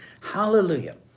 hallelujah